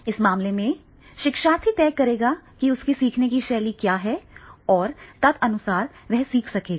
इस मामले में शिक्षार्थी तय करेगा कि उसकी सीखने की शैली क्या है और तदनुसार वह सीख सकेगा